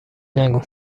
نگو